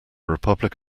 republic